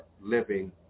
living